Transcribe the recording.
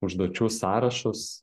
užduočių sąrašus